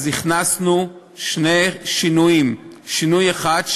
הכנסנו שני שינויים: שינוי אחד,